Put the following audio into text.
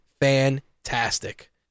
fantastic